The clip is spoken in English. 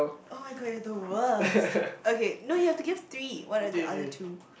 [oh]-my-god you're the worst okay no you have to give three what are the other two